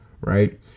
right